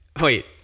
Wait